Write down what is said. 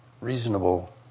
reasonable